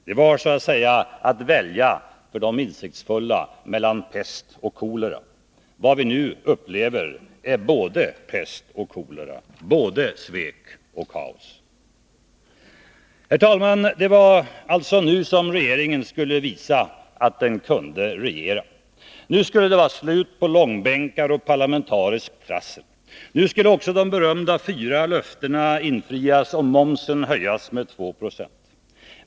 Det var så att säga att välja för de insiktsfulla mellan pest och kolera. Vad vi nu upplever är både pest och kolera — både svek och kaos. Det var nu regeringen skulle visa att den kunde regera. Nu skulle det vara slut på långbänkar och parlamentariskt prassel. Nu skulle också de berömda fyra löftena infrias och momsen höjas med 2 20.